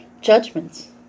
judgments